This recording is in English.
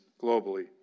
globally